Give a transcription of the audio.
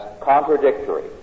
contradictory